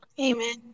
Amen